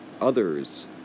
others